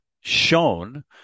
shown